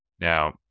Now